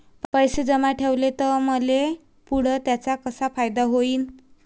पैसे जमा ठेवले त मले पुढं त्याचा कसा फायदा होईन?